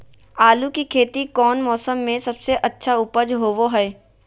आलू की खेती कौन मौसम में सबसे अच्छा उपज होबो हय?